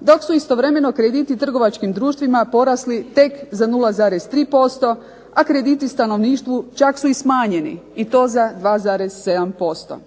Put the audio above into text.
dok su istovremeno krediti trgovačkim društvima porasli tek za 0,3%, a krediti stanovništvu čak su i smanjeni i to za 2,7%.